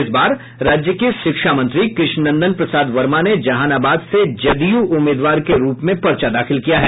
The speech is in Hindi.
इस बार राज्य के शिक्षा मंत्री कृष्णनंदन प्रसाद वर्मा ने जहानाबाद से जदयू उम्मीदवार के रूप में पर्चा दाखिल किया है